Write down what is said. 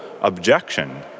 objection